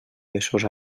besos